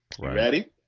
Ready